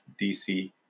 DC